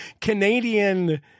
Canadian